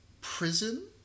prison